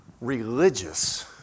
religious